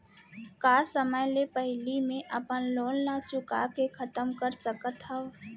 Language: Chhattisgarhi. का समय ले पहिली में अपन लोन ला चुका के खतम कर सकत हव?